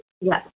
Yes